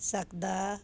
ਸਕਦਾ